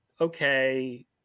okay